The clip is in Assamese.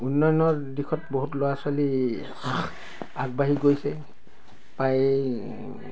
উন্নয়নৰ দিশত বহুত ল'ৰা ছোৱালী আগবাঢ়ি গৈছে প্ৰায়